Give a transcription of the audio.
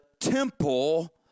temple